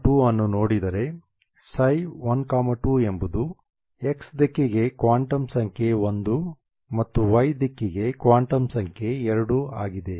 ψ12 ಅನ್ನು ನೋಡಿದರೆ ψ12 ಎಂಬುದು x ದಿಕ್ಕಿಗೆ ಕ್ವಾಂಟಮ್ ಸಂಖ್ಯೆ 1 ಮತ್ತು y ದಿಕ್ಕಿಗೆ ಕ್ವಾಂಟಮ್ ಸಂಖ್ಯೆ 2 ಆಗಿದೆ